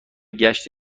گشت